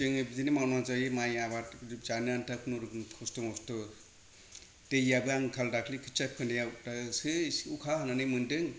जोङो बिदिनो मावना जायो माइ आबाद जानो आन्ता खुनुरुखुम खस्त' मस्त' दैयाबो आंखाल दाखालै खोथिया फोनायाव दासो एसे अखा हानानै मोन्दों